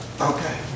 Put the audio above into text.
Okay